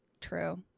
True